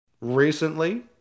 recently